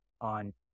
on